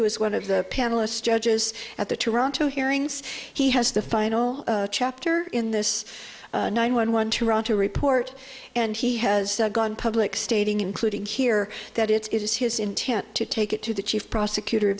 who is one of the panelists judges at the toronto hearings he has the final chapter in this nine one one toronto report and he has gone public stating including here that it's his intent to take it to the chief prosecutor